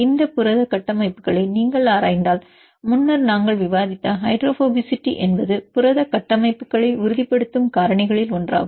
இந்த புரத கட்டமைப்புகளை நீங்கள் ஆராய்ந்தால் முன்னர் நாங்கள் விவாதித்த ஹைட்ரோபோபசிட்டி என்பது புரத கட்டமைப்புகளை உறுதிப்படுத்தும் காரணிகளில் ஒன்றாகும்